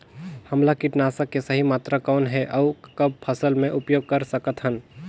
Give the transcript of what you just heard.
हमला कीटनाशक के सही मात्रा कौन हे अउ कब फसल मे उपयोग कर सकत हन?